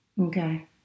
Okay